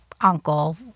uncle